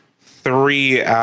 three